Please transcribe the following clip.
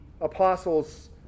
apostles